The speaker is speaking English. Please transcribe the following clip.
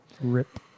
Rip